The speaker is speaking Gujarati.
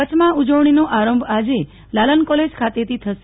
કચ્છમાં ઉજવણીનો આરંભ આજે લાલન કોલેજ ખાતેથી થશે